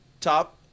top